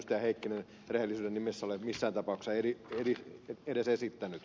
heikkinen rehellisyyden nimessä ole missään tapauksessa edes esittänyt